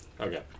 okay